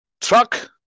truck